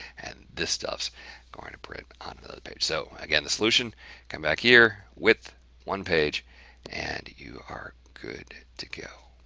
and this stuff's going to print on another page. so, again, the solution come back here width one page and you are good to go.